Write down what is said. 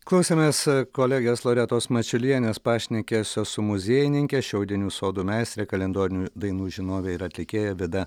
klausėmės kolegės loretos mačiulienės pašnekesio su muziejininke šiaudinių sodų meistre kalendorinių dainų žinove ir atlikėja vida